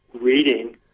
reading